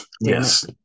Yes